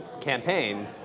campaign